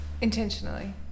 intentionally